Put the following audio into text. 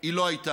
היא לא הייתה.